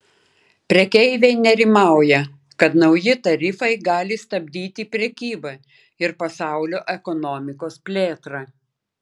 prekeiviai nerimauja kad nauji tarifai gali stabdyti prekybą ir pasaulio ekonomikos plėtrą